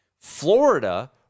Florida